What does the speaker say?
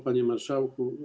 Panie Marszałku!